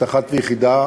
את אחת ויחידה,